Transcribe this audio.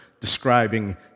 describing